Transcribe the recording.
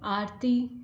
आरती